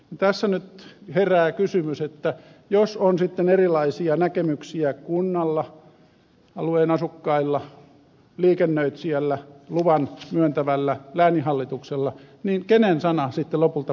tässä nyt herää kysymys jos on sitten erilaisia näkemyksiä kunnalla alueen asukkailla liikennöitsijällä luvan myöntävällä lääninhallituksella kenen sana sitten lopulta painaa